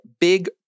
big